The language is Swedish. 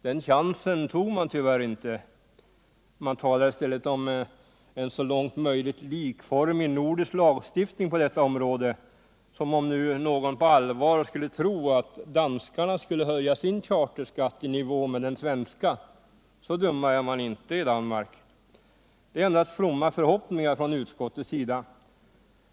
Den chansen tog man tyvärr inte. Man talar i stället om en så långt möjligt likformig nordisk lagstiftning på detta område, som om nu någon på allvar skulle tro att danskarna skulle höja sin charterskatt i nivå med den svenska. Så dumma är de inte i Danmark. Det är endast fromma förhoppningar från utskottets sida.